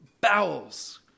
bowels